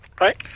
right